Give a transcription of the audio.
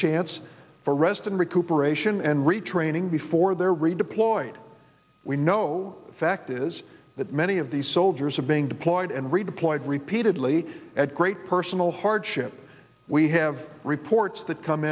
chance for rest and recuperation and retraining before they're redeployed we know the fact is that many of these soldiers are being deployed and redeployed repeatedly at great personal hardship we have reports that come